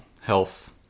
health